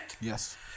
Yes